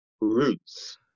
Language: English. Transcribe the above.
Roots